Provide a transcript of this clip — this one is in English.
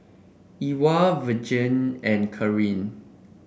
Ewald Virgle and Karyn